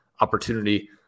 opportunity